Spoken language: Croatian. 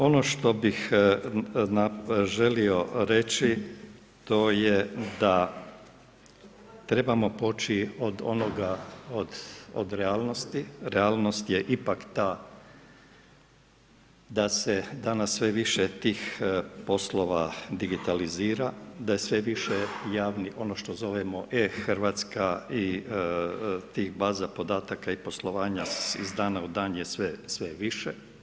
Ono što bih želio reći to je da trebamo poći od realnosti, realnost je ipak ta da se danas sve više tih poslova digitalizira, daje sve više ono što zovemo e-Hrvatska i tih baza podataka i poslovanja iz dana u dan je sve više.